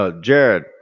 Jared